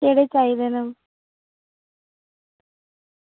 केह्ड़े चाहिदे न